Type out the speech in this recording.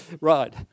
Right